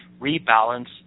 rebalance